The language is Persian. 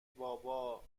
بابا